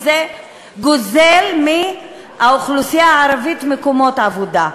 זה גוזל מהאוכלוסייה הערבית מקומות עבודה.